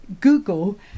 Google